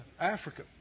Africa